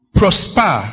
prosper